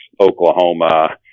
Oklahoma